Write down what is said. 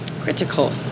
critical